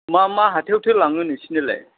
मा मा हाथाइयावथो लाङो नोंसिनियालाय